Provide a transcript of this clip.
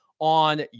on